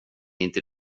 inte